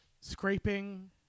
scraping